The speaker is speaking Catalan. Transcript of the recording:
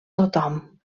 tothom